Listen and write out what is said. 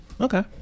okay